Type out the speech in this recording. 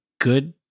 good